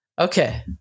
Okay